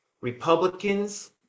Republicans